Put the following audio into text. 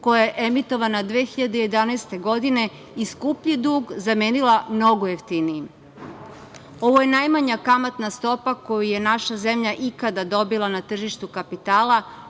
koja je emitovana 2011. godine i skupi dug zamenila mnogo jeftinijim. Ovo je najmanja kamatna stopa koju je naša zemlja ikada dobila na tržištu kapitala,